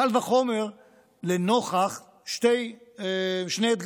קל וחומר לנוכח שני אתגרים: